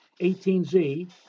18Z